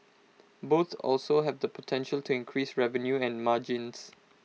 both also have the potential to increase revenue and margins